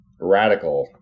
Radical